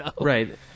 Right